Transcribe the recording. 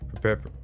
prepare